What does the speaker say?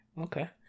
Okay